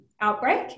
outbreak